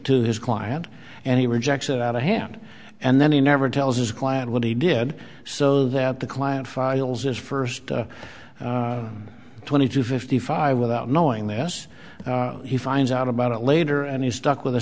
to his client and he rejects it out of hand and then he never tells his client what he did so that the client files his first twenty to fifty five without knowing this he finds out about it later and he stuck with